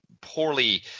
poorly